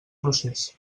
procés